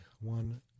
one